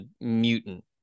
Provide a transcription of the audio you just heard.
mutant